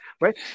Right